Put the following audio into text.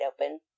open